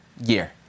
year